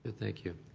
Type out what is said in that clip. thank you.